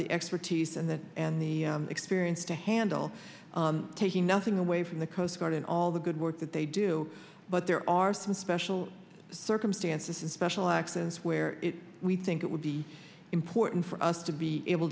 the expertise and the and the experience to handle taking nothing away from the coast guard and all the good work that they do but there are some special circumstances and special access where we think it would be important for us to be able